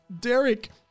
Derek